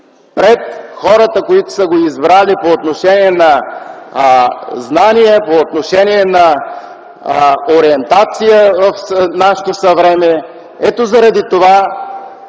пред хората, които са го избрали по отношение на знания, по отношение на ориентация в нашето съвремие. Ето заради това,